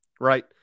Right